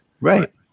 Right